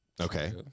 Okay